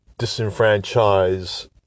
disenfranchise